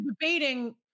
debating